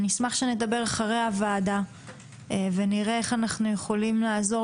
אשמח שנדבר אחרי הוועדה ונראה איך אנחנו יכולים לעזור